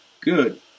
good